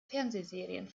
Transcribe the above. fernsehserien